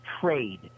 trade